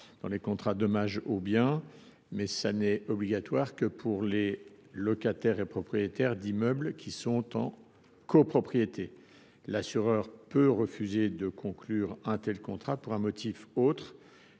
d’assurance couvrant les dommages aux biens, mais que ce n’est obligatoire que pour les locataires et propriétaires d’immeubles en copropriété. L’assureur peut refuser de conclure un tel contrat pour un motif autre